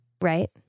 Right